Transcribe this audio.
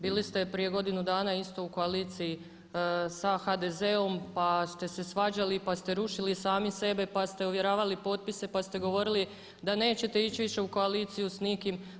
Bili ste prije godinu dana isto u koaliciji sa HDZ-om pa ste se svađali, pa ste rušili sami sebe, pa ste ovjeravali potpise, pa ste govorili da nećete ići više u koaliciju s nikim.